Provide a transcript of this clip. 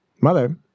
Mother